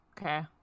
okay